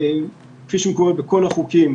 כפי שמקובל בכל החוקים,